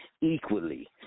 equally